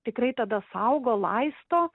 tikrai tada saugo laisto